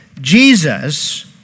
Jesus